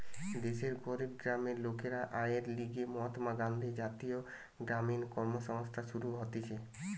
দেশের গরিব গ্রামের লোকের আয়ের লিগে মহাত্মা গান্ধী জাতীয় গ্রামীণ কর্মসংস্থান শুরু হতিছে